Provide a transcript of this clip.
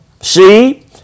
see